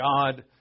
God